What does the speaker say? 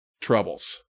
troubles